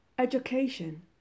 Education